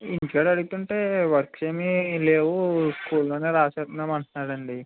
ఇంటికాడ అడుగుతుంటే వర్క్స్ ఏమి లేవు స్కూల్లో రాస్తున్నాం అంటున్నాడు అండి